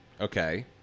Okay